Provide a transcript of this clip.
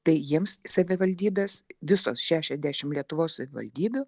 tai jiems savivaldybės visos šešiasdešimt lietuvos savivaldybių